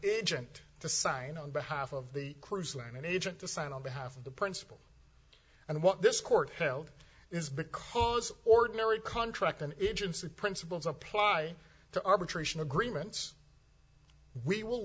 agent to sign on behalf of the cruise line agent to sign on behalf of the principle and what this court held is because ordinary contract an agency principles apply to arbitration agreements we will